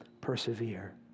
persevere